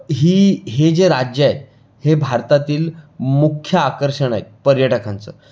ही हे जे राज्य आहे हे भारतातील मुख्य आकर्षण आहे पर्यटकांचं